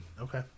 Okay